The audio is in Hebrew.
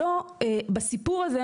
לא בסיפור הזה,